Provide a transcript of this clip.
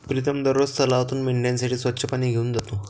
प्रीतम दररोज तलावातून मेंढ्यांसाठी स्वच्छ पाणी घेऊन जातो